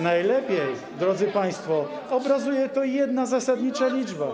Najlepiej, drodzy państwo, obrazuje to jedna zasadnicza liczba.